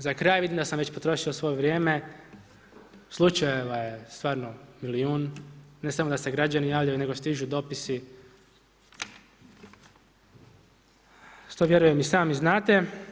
Za kraj, vidim da sam već potrošio svo vrijeme, slučajeva je stvarno milijun, ne samo da se građani javljaju, nego stižu dopisi, što vjerujem i sami znate.